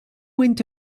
went